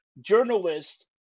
journalist